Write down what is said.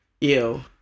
ew